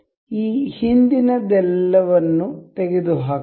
ಈ ಹಿಂದಿನದೆಲ್ಲವನ್ನು ತೆಗೆದುಹಾಕೋಣ